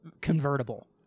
convertible